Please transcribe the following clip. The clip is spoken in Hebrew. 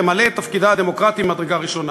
למלא את תפקידה הדמוקרטי ממדרגה ראשונה.